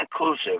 inclusive